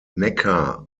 neckar